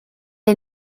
est